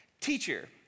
teacher